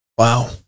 Wow